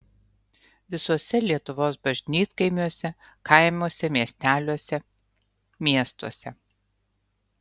visuose lietuvos bažnytkaimiuose kaimuose miesteliuose miestuose